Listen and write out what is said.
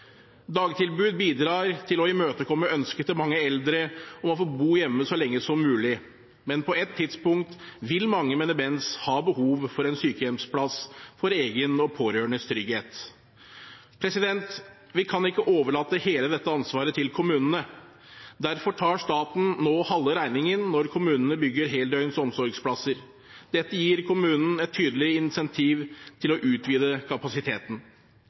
Dagtilbud bidrar til å imøtekomme ønsket til mange eldre om å få bo hjemme så lenge som mulig. Men på et tidspunkt vil mange med demens ha behov for en sykehjemsplass for egen og pårørendes trygghet. Vi kan ikke overlate hele dette ansvaret til kommunene. Derfor tar staten nå halve regningen når kommunene bygger heldøgns omsorgsplasser. Dette gir kommunene et tydelig incentiv til å utvide kapasiteten.